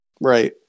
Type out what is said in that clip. Right